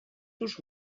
cóż